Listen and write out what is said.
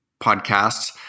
podcasts